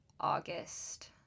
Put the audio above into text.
August